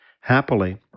Happily